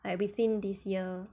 like within this year